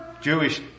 Jewish